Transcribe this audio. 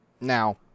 Now